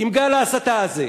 עם גל ההסתה הזה?